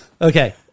Okay